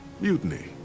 mutiny